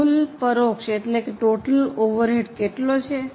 તેથી કુલ પરોક્ષ કેટલો છે